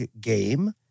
game